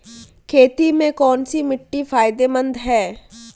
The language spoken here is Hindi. खेती में कौनसी मिट्टी फायदेमंद है?